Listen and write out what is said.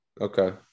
Okay